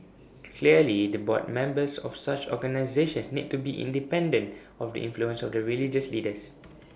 clearly the board members of such organisations need to be independent of the influence of the religious leaders